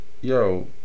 Yo